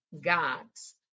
God's